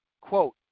quote